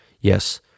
yes